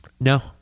No